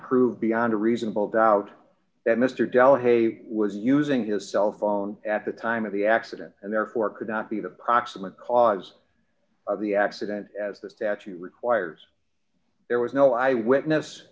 prove beyond a reasonable doubt that mr delahaye was using his cell phone at the time of the accident and therefore could not be the proximate cause of the accident as the statute requires there was no eyewitness